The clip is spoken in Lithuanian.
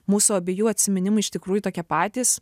mūsų abiejų atsiminimai iš tikrųjų tokie patys